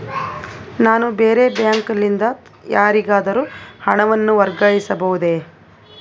ನಾನು ಬೇರೆ ಬ್ಯಾಂಕ್ ಲಿಂದ ಯಾರಿಗಾದರೂ ಹಣವನ್ನು ವರ್ಗಾಯಿಸಬಹುದೇ?